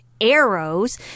arrows